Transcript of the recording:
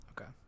Okay